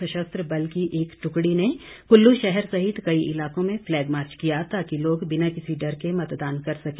सशस्त्र बल की एक ट्कड़ी ने कल्लू शहर सहित कई इलाकों में पलैग मार्च किया ताकि लोग बिना किसी डर के मतदान कर सके